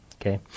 Okay